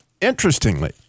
interestingly